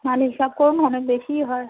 মাল হিসাব করুন অনেক বেশিই হয়